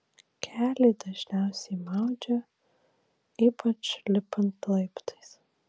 kelį dažniausiai maudžia ypač lipant laiptais